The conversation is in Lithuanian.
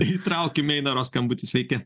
įtraukim einaro skambutį sveiki